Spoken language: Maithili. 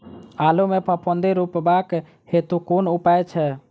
आलु मे फफूंदी रुकबाक हेतु कुन उपाय छै?